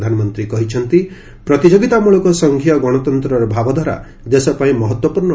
ପ୍ରଧାନମନ୍ତ୍ରୀ କହିଛନ୍ତି ପ୍ରତିଯୋଗିତାମଳକ ସଂଘୀୟ ଗଣତନ୍ତ୍ରର ଭାବଧାରା ଦେଶପାଇଁ ମହତ୍ତ୍ୱପୂର୍ଣ୍ଣ